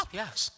yes